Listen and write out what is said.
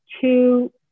two